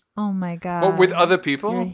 oh, my god. with other people.